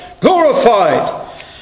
glorified